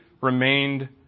remained